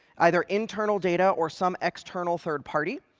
either internal data or some external third party,